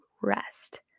rest